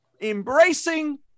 embracing